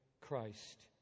Christ